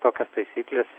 tokios taisyklės